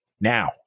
now